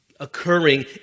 Occurring